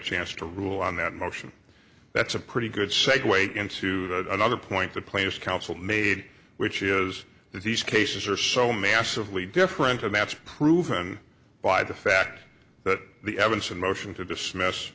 chance to rule on that motion that's a pretty good segue into another point the plaintiff's counsel made which is that these cases are so massively different and that's proven by the fact that the evidence and motion to dismiss